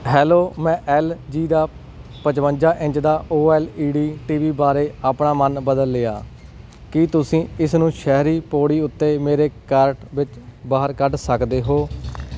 hello ਮੈਂ LG ਦਾ ਪਚਵੰਜਾ ਇੰਚ ਦਾ ਔ ਐਲ ਈ ਡੀ ਟੀਵੀ ਬਾਰੇ ਆਪਣਾ ਮਨ ਬਦਲ ਲਿਆ ਕੀ ਤੁਸੀਂ ਇਸ ਨੂੰ ਸ਼ਹਿਰੀ ਪੌੜੀ ਉੱਤੇ ਮੇਰੇ ਕਾਰਟ ਵਿੱਚੋਂ ਬਾਹਰ ਕੱਢ ਸਕਦੇ ਹੋ